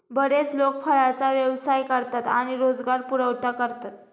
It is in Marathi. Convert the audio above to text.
बरेच लोक फळांचा व्यवसाय करतात आणि रोजगार पुरवठा करतात